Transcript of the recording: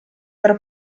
per